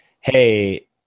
hey